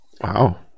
wow